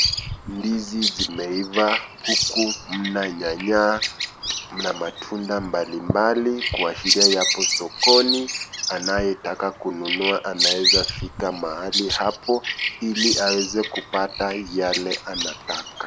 Ndizi zimeiva huku mna nyanya, mna matunda mbalimbali kwa shinde hapo sokoni, anayetaka kununua anaeza fika mahali hapo ili aweze kupata yale anataka.